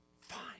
fine